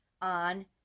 on